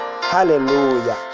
hallelujah